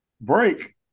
Break